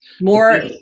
More